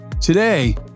Today